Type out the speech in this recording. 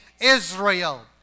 Israel